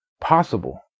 possible